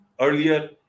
earlier